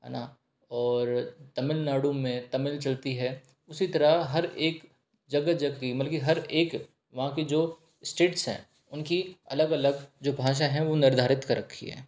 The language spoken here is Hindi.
है ना और तमिलनाडु में तमिल चलती है उसी तरह हर एक जगह जबकि बल्की हर एक वहाँ के जो स्टेट्स हैं उनकी अलग अलग जो भाषा हैं वो निर्धारित कर रखी हैं